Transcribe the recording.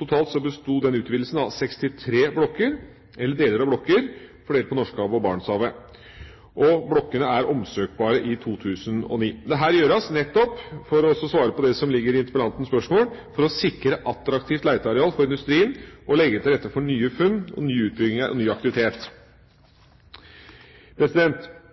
Totalt besto utvidelsen av 63 blokker eller deler av blokker fordelt på Norskehavet og Barentshavet. Blokkene er omsøkbare i 2009. Dette gjøres – for å svare på det som ligger i interpellantens spørsmål – for å sikre attraktivt leteareal for industrien og legge til rette for nye funn, nye utbygginger og ny aktivitet.